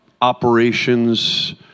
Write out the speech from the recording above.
operations